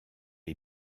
est